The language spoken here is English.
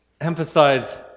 emphasize